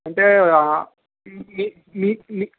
అంటే నీ నీ నీ